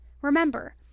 Remember